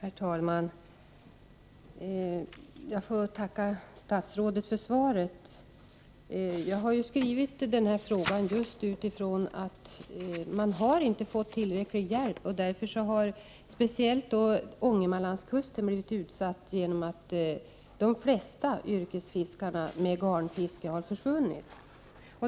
Herr talman! Jag får tacka statsrådet för svaret. Jag har ställt den här frågan mot bakgrund av att man inte har fått tillräcklig hjälp. Speciellt Ångermanlandskusten har blivit utsatt, eftersom de flesta yrkesfiskare som ägnat sig åt garnfiske har försvunnit.